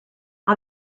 all